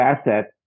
assets